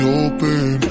open